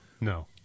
No